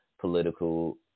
political